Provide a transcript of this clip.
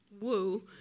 woo